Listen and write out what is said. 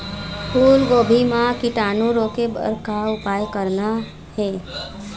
फूलगोभी म कीटाणु रोके बर का उपाय करना ये?